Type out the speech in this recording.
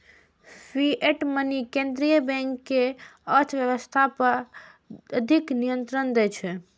fiat money केंद्रीय bank कें अर्थव्यवस्था पर अधिक नियंत्रण दै छै